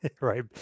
right